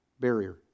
barrier